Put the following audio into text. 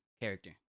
character